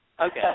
okay